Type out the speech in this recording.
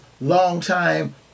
longtime